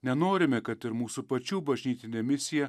nenorime kad ir mūsų pačių bažnytinė misija